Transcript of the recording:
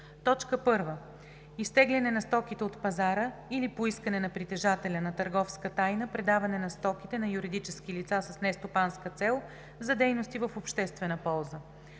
1. изтегляне на стоките от пазара или по искане на притежателя на търговска тайна – предаване на стоките на юридически лица с нестопанска цел за дейности в обществена полза;